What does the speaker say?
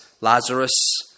Lazarus